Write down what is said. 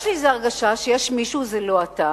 יש לי איזו הרגשה שיש מישהו זה לא אתה,